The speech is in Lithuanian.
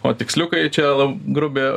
o tiksliukai čia lab grubia